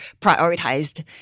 prioritized